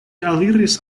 aliris